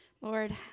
Lord